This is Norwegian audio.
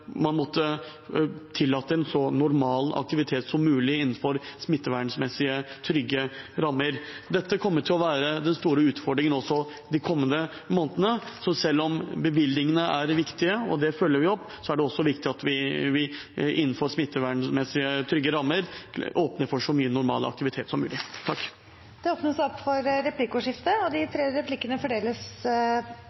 man måtte tillate en så normal aktivitet som mulig innenfor smittevernmessige trygge rammer. Det kommer til å være den store utfordringen også de kommende månedene, så selv om bevilgningene er viktige – og det følger vi opp – er det også viktig at vi innenfor smittervernmessige trygge rammer åpner for så mye normal aktivitet som mulig. Det blir replikkordskifte. Hvis man leser Fremskrittspartiets alternative budsjett, partiprogram og